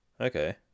Okay